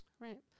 right